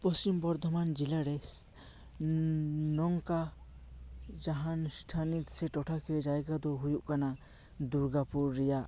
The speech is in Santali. ᱯᱚᱥᱪᱤᱢ ᱵᱚᱨᱫᱷᱚᱢᱟᱱ ᱡᱮᱞᱟ ᱨᱮ ᱱᱚᱝᱠᱟ ᱡᱟᱦᱟᱱ ᱥᱛᱷᱟᱱᱤᱛ ᱥᱮ ᱴᱚᱴᱷᱟ ᱥᱮ ᱡᱟᱭᱜᱟ ᱫᱚ ᱦᱩᱭᱩᱜ ᱠᱟᱱᱟ ᱫᱩᱨᱜᱟᱯᱩᱨ ᱨᱮᱭᱟᱜ